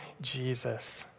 Jesus